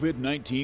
COVID-19